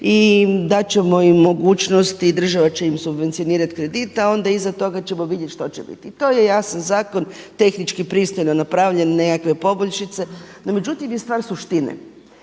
i dat ćemo im mogućnost i država će im subvencionirati kredit, a onda iza toga ćemo vidjeti što će biti. To je jasan zakon, tehnički pristojno napravljen nekakve poboljšice, no međutim je stvar suštine.